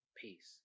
Peace